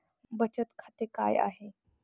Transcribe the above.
बचत खाते काय आहे?